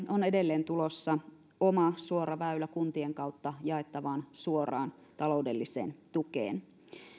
on edelleen tulossa oma suora väylä kuntien kautta jaettavaan suoraan taloudelliseen tukeen